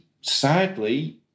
sadly